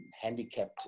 handicapped